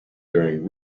during